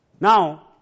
Now